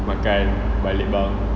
makan balik bunk